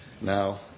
now